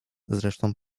zresztą